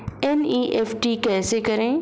NEFT कैसे करें?